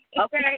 Okay